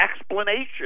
explanation